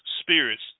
spirits